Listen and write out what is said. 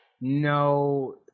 No